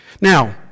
Now